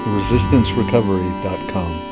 resistancerecovery.com